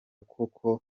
koko